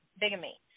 bigamy